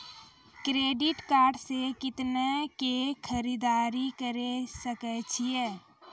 Credit card से कितना के खरीददारी करे सकय छियै?